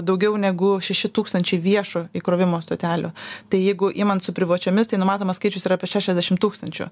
daugiau negu šeši tūkstančiai viešo įkrovimo stotelių tai jeigu imant su privačiomis tai numatomas skaičius yra apie šešiasdešim tūkstančių